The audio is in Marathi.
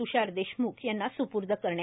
तुषार देशमुख यांना सुपूर्द केला